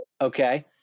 Okay